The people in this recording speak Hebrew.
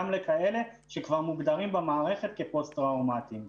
גם לכאלה שכבר מוגדרים במערכת כפוסט טראומטיים.